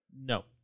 No